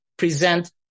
Present